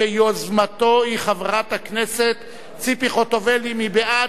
שיוזמתו היא חברת הכנסת ציפי חוטובלי, מי בעד?